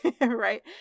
Right